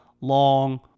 long